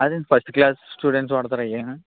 అదే అండి first class students వాడతారు వేనా